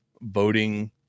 voting